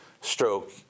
Stroke